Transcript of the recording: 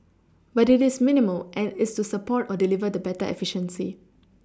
but it is minimal and it is to support or deliver the better efficiency